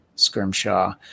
scrimshaw